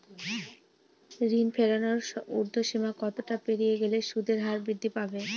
ঋণ ফেরানোর উর্ধ্বসীমা কতটা পেরিয়ে গেলে সুদের হার বৃদ্ধি পাবে?